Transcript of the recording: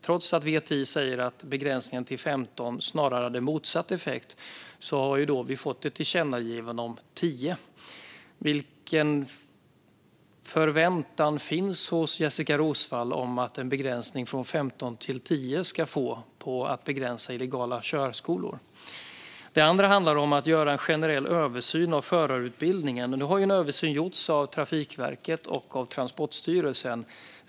Trots att VTI säger att begränsningen till 15 snarare hade motsatt effekt har vi fått ett tillkännagivande om 10. Vilken inverkan förväntar sig Jessika Roswall att en begränsning från 15 till 10 ska få på illegala körskolor? Den andra frågan handlar om att göra en generell översyn av förarutbildningen. Nu har ju en översyn gjorts av Trafikverket och Transportstyrelsen.